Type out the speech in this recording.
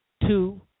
two